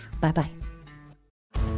Bye-bye